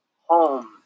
home